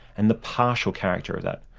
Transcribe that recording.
and the partial character of that.